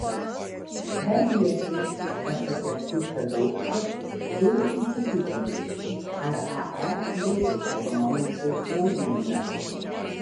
darbiečiai pasak kęstučio daukšio turi įsitikinti ar ae bus ekonomiškai naudinga